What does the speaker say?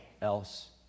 else